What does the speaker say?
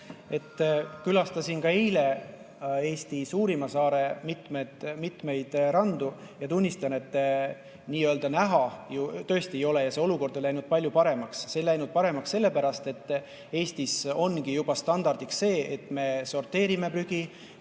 Külastasin ka eile Eesti suurima saare mitmeid randu ja tunnistan, et näha [prahti] tõesti ei ole. Olukord on läinud palju paremaks. See on läinud paremaks sellepärast, et Eestis ongi juba standardiks see, et me sorteerime prügi,